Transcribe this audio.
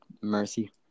mercy